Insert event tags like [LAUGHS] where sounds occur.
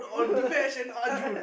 [LAUGHS] uh